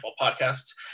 podcasts